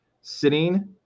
sitting –